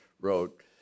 wrote